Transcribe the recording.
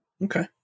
Okay